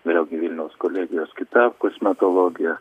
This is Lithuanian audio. vėlgi vilniaus kolegijos kita kosmetologija